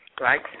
right